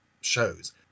shows